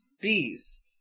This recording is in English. bees